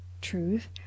truth